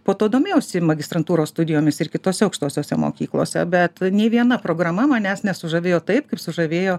po to domėjausi magistrantūros studijomis ir kitose aukštosiose mokyklose bet nė viena programa manęs nesužavėjo taip kaip sužavėjo